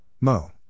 Mo